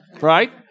Right